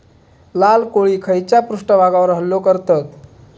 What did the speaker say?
लाल कोळी खैच्या पृष्ठभागावर हल्लो करतत?